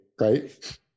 right